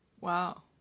Wow